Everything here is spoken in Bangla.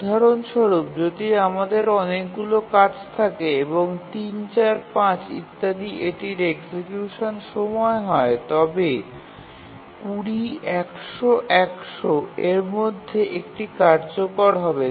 উদাহরণস্বরূপ যদি আমাদের অনেকগুলি কাজ থাকে এবং ৩ ৪ ৫ ইত্যাদি এটির এক্সিকিউশন সময় হয় তবে ২০ ১০০ ১০০ এর মধ্যে একটি কার্যকর হবে